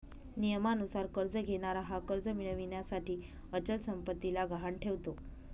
नियमानुसार कर्ज घेणारा हा कर्ज मिळविण्यासाठी अचल संपत्तीला गहाण ठेवतो